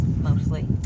mostly